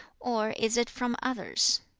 or is it from others